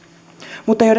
mutta